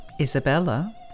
Isabella